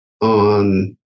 on